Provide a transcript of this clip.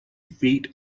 feet